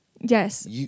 Yes